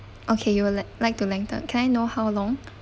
okay you will length like to lengthen can I know how long